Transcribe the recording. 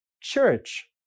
church